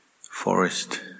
forest